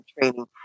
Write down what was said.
training